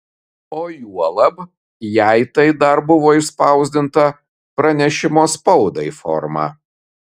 o juolab jei tai dar buvo išspausdinta pranešimo spaudai forma